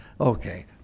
okay